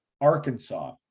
Arkansas